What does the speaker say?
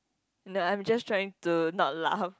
no I'm just trying to not laugh